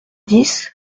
dix